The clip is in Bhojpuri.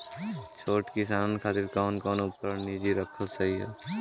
छोट किसानन खातिन कवन कवन उपकरण निजी रखल सही ह?